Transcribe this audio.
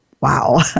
Wow